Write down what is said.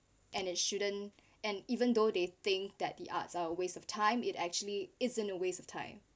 and it shouldn't and even though they think that the arts are a waste of time it actually isn't a waste of time